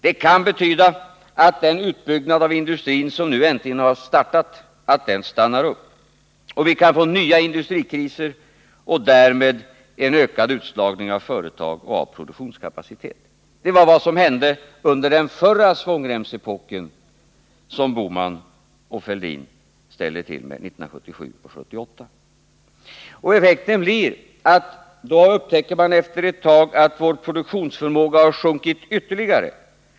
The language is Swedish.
Det kan betyda att den utbyggnad av industrin som nu äntligen startat stannar upp. Vi kan få nya industrikriser och därmed en ökad utslagning av företag och produktionskapacitet. Det var vad som hände under den förra svångremsepoken, som herrar Bohman och Fälldin ställde till med 1977 och 1978. Effekten blir — det upptäcker man efter ett tag — att vår produktionsförmåga sjunker ytterligare.